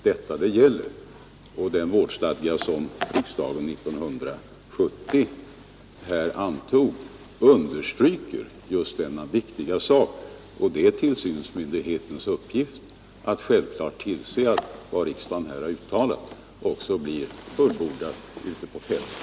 I den vårdhemsstadga som riksdagen antog 1970 understryks just detta viktiga krav. Det är självklart tillsynsmyndighetens uppgift att se till att vad riksdagen har uttalat också efterlevs ute på fältet.